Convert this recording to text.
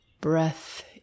breath